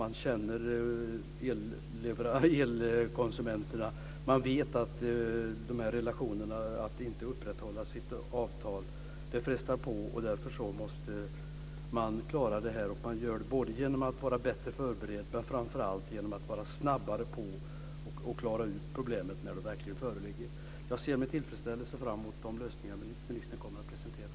Man känner elkonsumenterna. Man vet att det frestar på de här relationerna att inte upprätthålla sitt avtal. Därför måste man klara det här. Man gör det både genom att vara bättre förberedd och, framför allt, genom att vara snabbare på att klara ut problemet när det verkligen föreligger. Jag ser med tillfredsställelse fram emot de lösningar som ministern kommer att presentera.